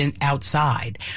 outside